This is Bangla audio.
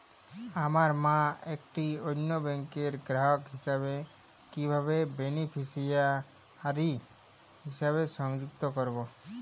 আমার মা একটি অন্য ব্যাংকের গ্রাহক হিসেবে কীভাবে বেনিফিসিয়ারি হিসেবে সংযুক্ত করব?